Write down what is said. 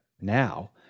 now